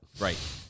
Right